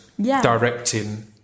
Directing